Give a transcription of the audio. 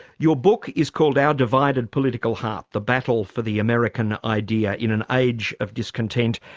your book is called our divided political heart the battle for the american idea in an age of discontent.